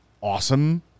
awesome